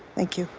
thank you.